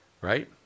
right